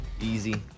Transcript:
Easy